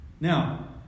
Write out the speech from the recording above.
now